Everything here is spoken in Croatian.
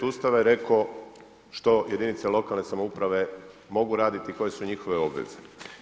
Ustava je rekao što jedinice lokalne samouprave mogu raditi, koje su njihove obveze.